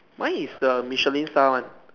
mine is the Michelin Star one